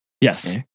Yes